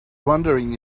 wondering